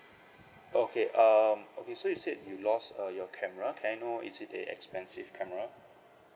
okay um okay so you said you lost uh your camera can I know is it a expensive camera